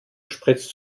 spritzt